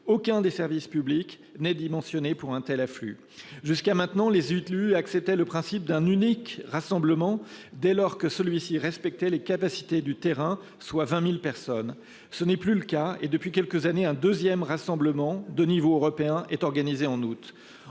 Aucun des services publics n'est dimensionné pour un tel afflux. Jusqu'à présent, les élus acceptaient le principe d'un unique rassemblement, dès lors que celui-ci respectait les capacités du terrain, soit 20 000 personnes. Ce n'est plus le cas et, depuis quelques années, un second rassemblement de gens du voyage venant de toute